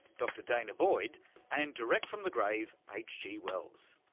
dr danah boyd and, direct from the grave, hg wells.